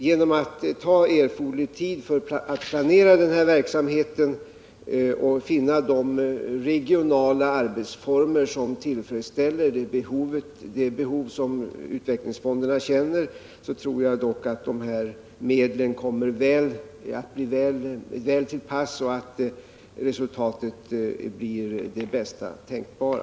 Genom att man tar erforderlig tid i anspråk för att planera den här verksamheten och finna de regionala arbetsformer som tillfredsställer utvecklingsfondernas behov tror jag dock att medlen kommer väl till pass och att resultatet blir det bästa tänkbara.